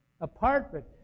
apartment